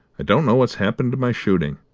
i don't know what's happened to my shooting.